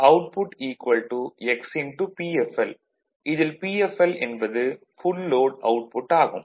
Pfl இதில் Pfl என்பது full load output ஆகும்